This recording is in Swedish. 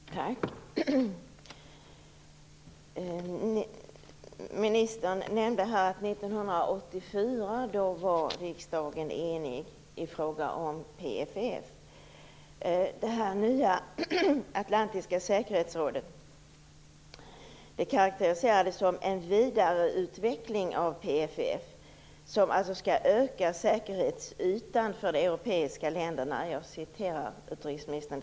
Herr talman! Ministern nämnde att riksdagen 1984 var enig i fråga om PFF. Det här nya atlantiska säkerhetsrådet karakteriserades som en vidareutveckling av PFF, som alltså skall öka säkerhetsytan för de europeiska länderna. Jag refererar här direkt utrikesministern.